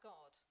God